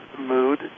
mood